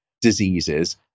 diseases